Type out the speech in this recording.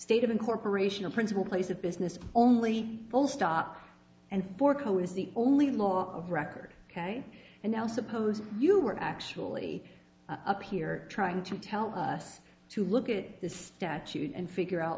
state of incorporation a principal place of business only full stop and for co is the only law of record ok and now suppose you were actually up here trying to tell us to look at this statute and figure out